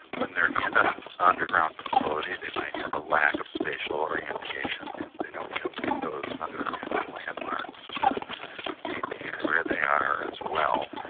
when they are in an ah underground facility they might have a lack of spatial orientation because they don't have windows and other kind of landmarks to maintain where they are as well.